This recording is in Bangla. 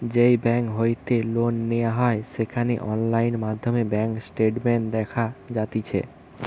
যেই বেংক হইতে লোন নেওয়া হয় সেখানে অনলাইন মাধ্যমে ব্যাঙ্ক স্টেটমেন্ট দেখা যাতিছে